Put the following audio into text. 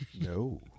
no